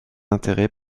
intérêt